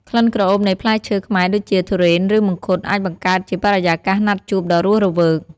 ក្លិនក្រអូបនៃផ្លែឈើខ្មែរដូចជា ធុរេន ឬមង្ឃុត អាចបង្កើតជាបរិយាកាសណាត់ជួបដ៏រស់រវើក។